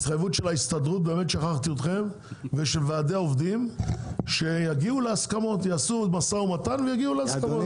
התחייבות של ההסתדרות ושל ועדי העובדים שיעשו משא ומתן ויגיעו להסכמות.